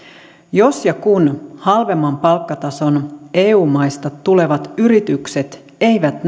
jos ja kun halvemman palkkatason eu maista tulevat yritykset eivät